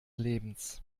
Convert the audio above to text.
lebens